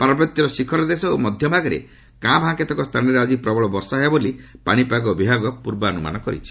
ପାର୍ବତ୍ୟର ଶୀଖର ଦେଶ ଓ ମଧ୍ୟଭାଗରେ କାଁ ଭାଁ କେତେକ ସ୍ଥାନରେ ଆଜି ପ୍ରବଳ ବର୍ଷା ହେବ ବୋଲି ପାଣିପାଗ ବିଭାଗ ପୂର୍ବାନୁମାନ କରିଛି